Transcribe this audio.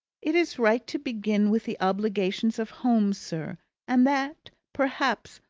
it is right to begin with the obligations of home, sir and that, perhaps,